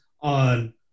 on